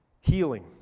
Healing